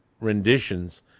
renditions